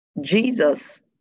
Jesus